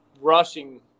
rushing